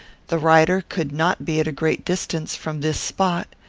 the rider could not be at a great distance from this spot.